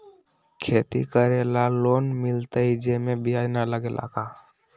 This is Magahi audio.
खेती करे ला लोन मिलहई जे में ब्याज न लगेला का?